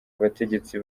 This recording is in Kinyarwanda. abategetsi